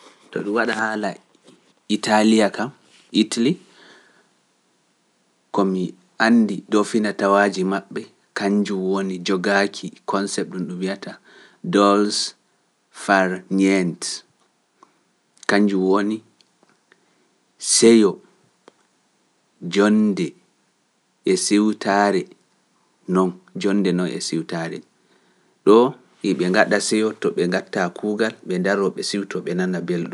To ɗum waɗa haala Italiya kam, Itali, ko mi andi ɗo finatawaaji maɓɓ�a seyo to ɓe ngaɗta kuugal ɓe ndaro ɓe siwto ɓe nana belɗum.